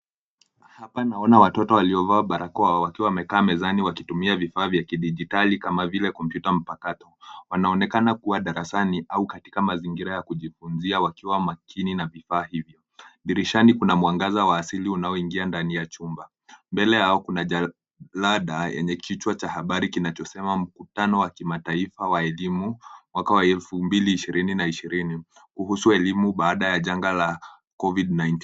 Hapa naona watoto waliovaa barakoa wakiwa wamekaa mezani wakitumia vifaa vya kidijitali kama vile kompyuta mpakato. Wanaonekana kuwa darasani au katika mazingira ya kujifunzia wakiwa makini na vifaa hivyo. Dirishani kuna mwangaza wa asili unaoingia ndani ya chumba. Mbele yao kuna jalada yenye kichwa cha habari kinachosema mkutano wa kimataifa wa elimu mwaka wa elfu mbili ishirini na ishirini kuhusu elimu baada ya janga la COVID-19 .